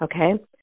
Okay